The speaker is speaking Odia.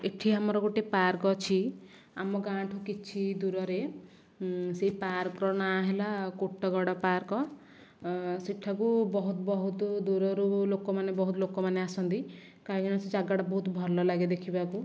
ଏଇଠି ଆମର ଗୋଟିଏ ପାର୍କ ଅଛି ଆମ ଗାଁ ଠାରୁ କିଛି ଦୂରରେ ସେହି ପାର୍କର ନାଁ ହେଲା କୋଟଗଡ଼ ପାର୍କ ସେଠାକୁ ବହୁତ ବହୁତ ଦୂରରୁ ଲୋକମାନେ ବହୁତ ଲୋକମାନେ ଆସନ୍ତି କାହିଁକିନା ସେ ଜାଗାଟା ବହୁତ ଭଲ ଲାଗେ ଦେଖିବାକୁ